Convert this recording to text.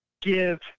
give